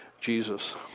Jesus